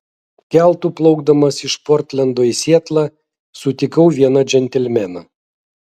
keltu plaukdamas iš portlendo į sietlą sutikau vieną džentelmeną